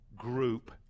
group